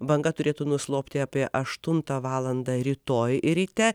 banga turėtų nuslopti apie aštuntą valandą rytoj ryte